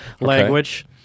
language